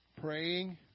praying